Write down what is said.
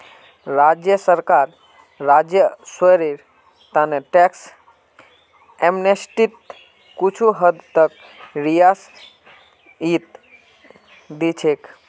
राज्य सरकार राजस्वेर त न टैक्स एमनेस्टीत कुछू हद तक रियायत दी छेक